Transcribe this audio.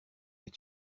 mais